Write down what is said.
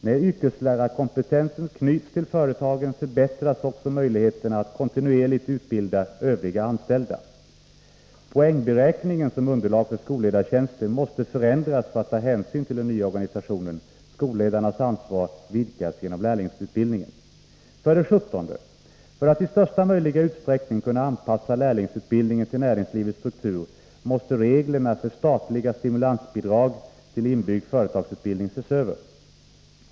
När yrkeslärarkompetens knyts till företagen, förbättras också möjligheterna att kontinuerligt utbilda övriga anställda. Poängberäkningen som underlag för skolledartjänster måste förändras för att ta hänsyn till den nya organisationen. Skolledarnas ansvar vidgas genom lärlingsutbildningen. 17. För att i största möjliga utsträckning kunna anpassa lärlingsutbildningen till näringslivets struktur måste reglerna för statliga stimulansbidrag till inbyggd företagsutbildning ses över.